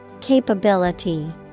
Capability